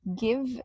Give